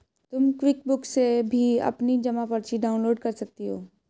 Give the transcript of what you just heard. तुम क्विकबुक से भी अपनी जमा पर्ची डाउनलोड कर सकती हो